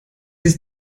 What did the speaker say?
ist